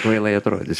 kvailai atrodys